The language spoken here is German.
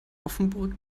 offenburg